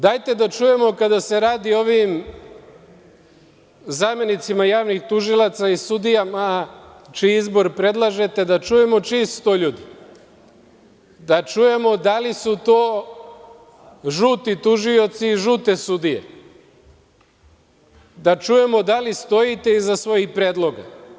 Dajte da čujemo kada se radi o ovim zamenicima javnih tužilaca i sudijama čiji izbor predlažete, da čujemo čiji su to ljudi, da čujemo da li su to žuti tužioci i žute sudije, da čujemo da li stojite iza svojih predloga?